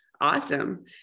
awesome